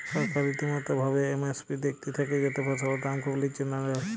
সরকার রীতিমতো ভাবে এম.এস.পি দ্যাখতে থাক্যে যাতে ফসলের দাম খুব নিচে না যায়